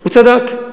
הוא צדק.